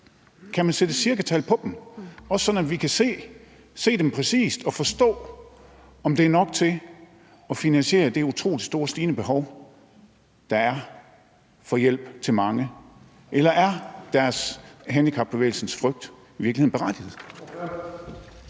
Kan man sætte cirkatal på dem, også sådan at vi kan se dem præcist og forstå, om det er nok til at finansiere det utrolig store og stigende behov, der er for hjælp til mange, eller er handicapbevægelsens frygt i virkeligheden berettiget?